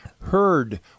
heard